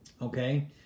Okay